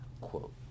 quote